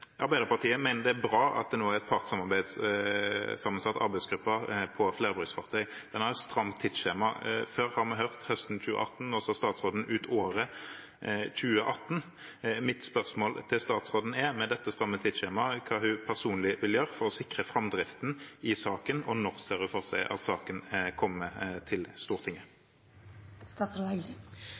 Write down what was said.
Arbeiderpartiet mener det er bra at det nå er en partssammensatt arbeidsgruppe for flerbruksfartøy. Den har et stramt tidsskjema – før har vi hørt høsten 2018, nå sa statsråden ut året 2018. Mitt spørsmål til statsråden er: Med dette stramme tidsskjemaet, hva vil hun personlig gjøre for å sikre framdriften i saken, og når ser hun for seg at saken kommer til